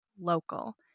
local